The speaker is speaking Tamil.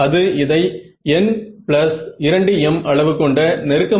அது அதிகமும் சரியாக கூட இருக்கும்